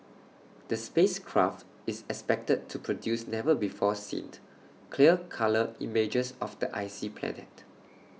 the space craft is expected to produce never before see IT clear colour images of the icy planet